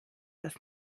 das